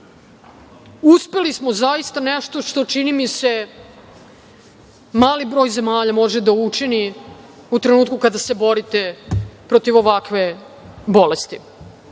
uspeli smo zaista nešto, što čini mi se mali broj zemalja može da učini u trenutku kada se borite protiv ovakve bolesti.